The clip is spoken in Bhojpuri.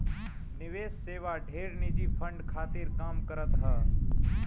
निवेश सेवा ढेर निजी फंड खातिर काम करत हअ